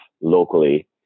locally